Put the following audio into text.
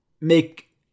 make